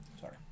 Sorry